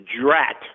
DRAT